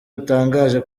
butangaje